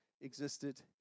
existed